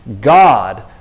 God